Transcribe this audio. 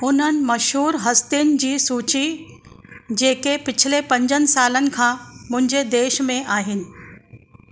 हुननि मशहूरु हस्तियुनि जी सूची जेके पिछले पंजनि सालनि खां मुंहिंजे देश में आहिनि